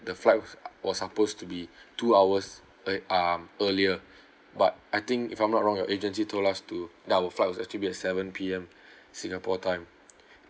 the flight was supposed to be two hours ear~ um earlier but I think if I'm not wrong your agency told us to that our flight was actually be at seven P_M singapore time